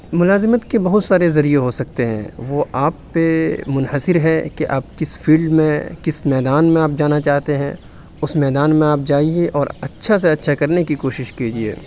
ملازمت کے بہت سارے ذریعے ہو سکتے ہیں وہ آپ پہ منحصر ہے کہ آپ کس فیلڈ میں کس میدان میں آپ جانا چاہتے ہیں اُس میدان میں آپ جائیے اور اچھا سا اچھا کرنے کی کوشش کیجیے